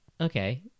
Okay